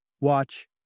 Watch